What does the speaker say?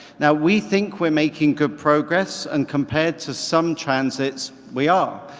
now we think we're making good progress and compared to some transits, we are.